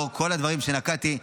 לאור כל הדברים שאמרתי,